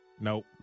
Nope